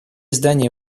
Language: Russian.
здания